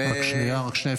רק שנייה, רק שנייה.